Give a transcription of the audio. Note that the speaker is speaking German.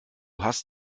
hast